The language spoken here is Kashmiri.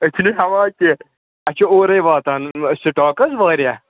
أسۍ چھِنہٕ ہٮ۪وان کیٚنٛہہ اَسہِ چھِ اورَے واتان سِٹاک حظ واریاہ